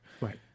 Right